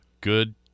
good